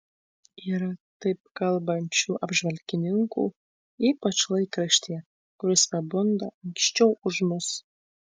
yra taip kalbančių apžvalgininkų ypač laikraštyje kuris pabunda anksčiau už mus